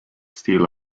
steel